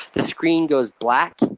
the screen goes black,